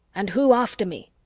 and who after me?